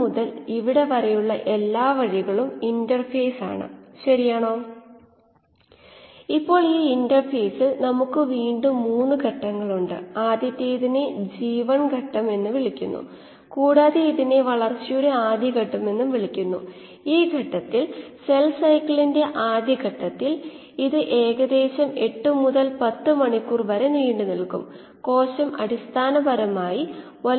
Sനു പകരം വില കൊടുക്കുക വാഷൌട്ട് x പൂജ്യമാകുമ്പോൾ ഇൻലെറ്റിൽ നിന്ന് സബ്സ്ട്രേറ്റിന്റെ ഗാഢതയിൽ മാറ്റമുണ്ടാകില്ല ഇത് കോശങ്ങളുടെ ഉൽപാദനത്തിനായി ഉപയോഗിക്കുന്നില്ല ഇതര ജോലികൾകായി കുറച്ച് മാത്രമേ എടുക്കൂ അതിനാൽ S → Si വാഷൌട്ട് സംഭവിക്കുന്ന ഡൈലൂഷൻ Dc ആണെന്നിരിക്കട്ടെ